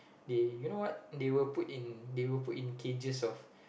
they you know what they will put in they will put in cages of